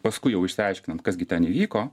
paskui jau išsiaiškinant kas gi ten įvyko